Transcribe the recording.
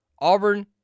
Auburn